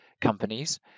companies